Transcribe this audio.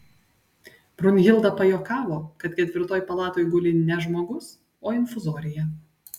brunhilda pajuokavo kad ketvirtoj palatoj guli ne žmogus o infuzorija